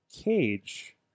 cage